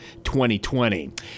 2020